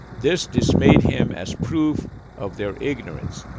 this dismayed him as proof of their ignorance,